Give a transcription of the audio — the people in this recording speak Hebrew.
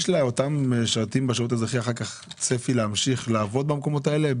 יש לאותם משרתים בשירות האזרחי אחר כך צפי להמשיך לעבוד במקומות האלה?